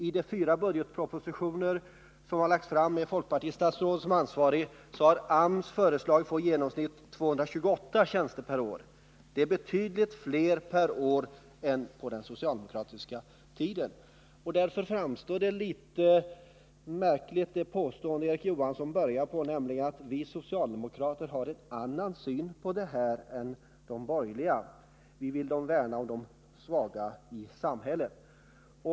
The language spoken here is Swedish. I de fyra budgetpropositioner som har lagts fram med ett folkpartistiskt statsråd som ansvarig har AMS föreslagits få i genomsnitt 228 nya tjänster per år, alltså betydligt fler tjänster per år än vad som föreslogs på den socialdemokratiska regeringstiden. Mot den bakgrunden framstår det som något märkligt att Erik Johansson anförde: Vi socialdemokrater har en annan syn på det här än de borgerliga, vi vill värna om de svaga i samhället.